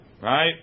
Right